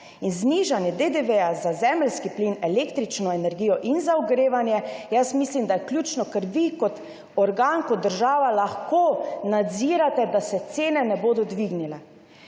Znižanje DDV za zemeljski plin, električno energijo in za ogrevanje mislim, da je ključno. Ker vi kot organ, kot država lahko nadzirate, da se cene ne bodo dvignile.